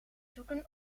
zoeken